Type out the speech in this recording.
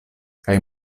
kaj